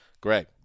Greg